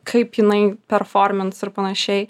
kaip jinai performins ir panašiai